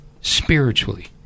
spiritually